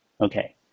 Okay